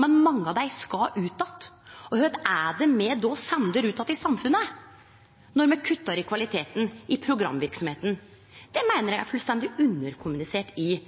men mange av dei skal ut att. Kva er det ein sender ut att i samfunnet når ein kuttar i kvaliteten i programverksemda? Det meiner eg er fullstendig underkommunisert i